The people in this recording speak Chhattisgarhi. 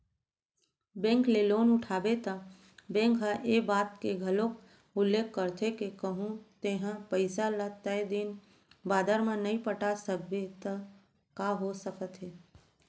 बेंक ले लोन उठाबे त बेंक ह ए बात के घलोक उल्लेख करथे के कहूँ तेंहा पइसा ल तय दिन बादर म नइ पटा सकबे त का हो सकत हे